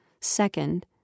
Second